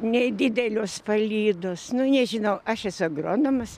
nei didelios palydos nu nežinauaš esu agronomas